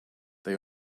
they